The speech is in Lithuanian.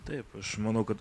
taip aš manau kad